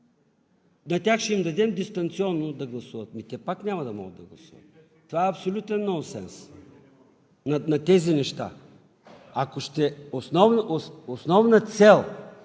ще им дадем дистанционно да гласуват?! Те пак няма да могат да гласуват. Това е абсолютен нонсенс за тези неща. Основна цел